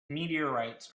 meteorites